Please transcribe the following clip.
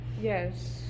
Yes